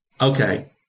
okay